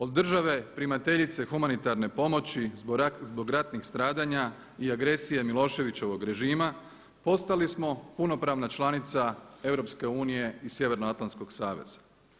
Od države primateljice humanitarne pomoći zbog ratnih stradanja i agresije Miloševićevog režima postali smo punopravna članica EU i Sjevernoatlantskog saveza.